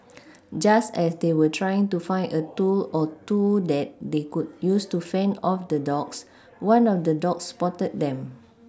just as they were trying to find a tool or two that they could use to fend off the dogs one of the dogs spotted them